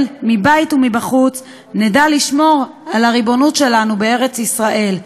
מבית ומבחוץ נדע לשמור על הריבונות שלנו בארץ-ישראל.